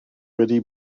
wedi